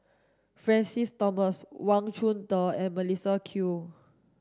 Francis Thomas Wang Chunde and Melissa Kwee